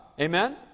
Amen